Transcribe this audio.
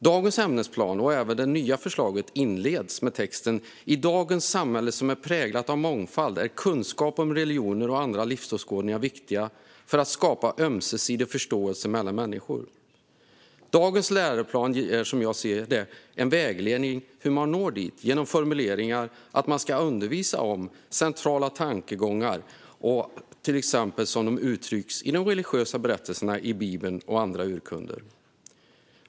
Dagens ämnesplan och även det nya förslaget inleds med texten: "I dagens samhälle, som är präglat av mångfald, är kunskap om religioner och andra livsåskådningar viktiga för att skapa ömsesidig förståelse mellan människor." Dagens läroplan ger som jag ser det en vägledning i hur man når dit genom formuleringar om att man ska undervisa om centrala tankegångar, till exempel som de uttrycks i de religiösa berättelserna i Bibeln och andra urkunder.